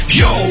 yo